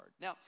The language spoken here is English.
Now